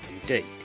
indeed